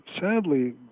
sadly